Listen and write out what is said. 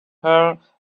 her